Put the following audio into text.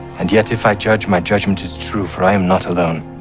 and yet if i judge, my judgment is true for i am not alone,